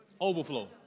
Overflow